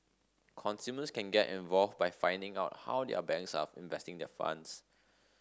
consumers can get involved by finding out how their banks are investing funds